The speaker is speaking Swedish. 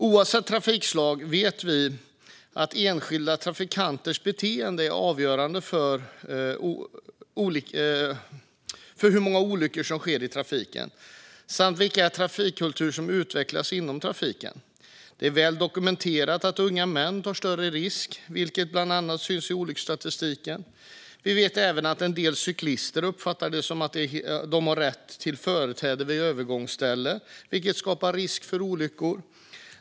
Oavsett trafikslag vet vi att enskilda trafikanters beteende är avgörande för hur många olyckor som sker i trafiken samt vilken trafikkultur som utvecklas inom trafiken. Det är väl dokumenterat att unga män tar större risker, vilket syns i olycksstatistiken. Vi vet att en del cyklister uppfattar det som att de har rätt till företräde vid övergångsställen, vilket skapar risk för olyckor.